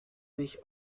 sich